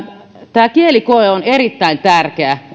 tämä kielikoe on erittäin tärkeä